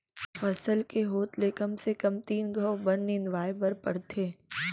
फसल के होत ले कम से कम तीन घंव बन निंदवाए बर परथे